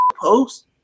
post